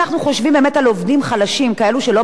כאלה שלא מרוויחים את 30,000 ו-40,000 השקל בחודש,